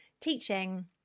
teaching